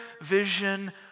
vision